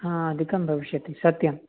हा अधिकं भविष्यति सत्यं